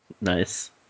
Nice